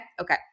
Okay